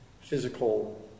physical